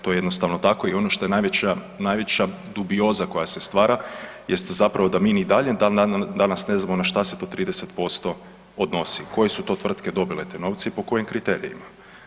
To je jednostavno tako i ono što je najveća dubioza koja se stvara jest zapravo da mi ni dalje dan danas ne znamo na što se to 30% odnosi, koje su to tvrtke dobile te novce i po kojim kriterijima.